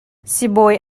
sibawi